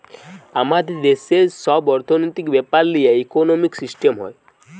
আমাদের দেশের সব অর্থনৈতিক বেপার লিয়ে ইকোনোমিক সিস্টেম হয়